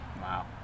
Wow